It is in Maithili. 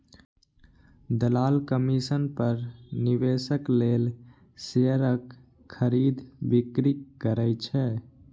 दलाल कमीशन पर निवेशक लेल शेयरक खरीद, बिक्री करै छै